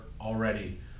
already